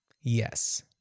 Yes